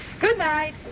Goodnight